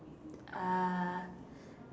uh